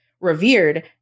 revered